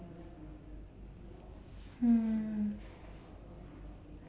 mm